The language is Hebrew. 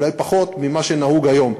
אולי פחות, ממה שנהוג היום.